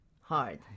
hard